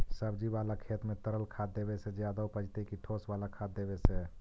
सब्जी बाला खेत में तरल खाद देवे से ज्यादा उपजतै कि ठोस वाला खाद देवे से?